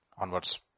onwards